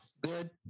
Good